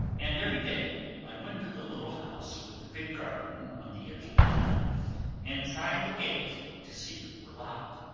and every day i went to the little house with the big garden on the edge of the town and tried the gate to see if it were locked.